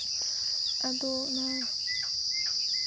ᱟᱫᱚ ᱚᱱᱟ